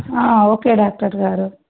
okay doctor గారు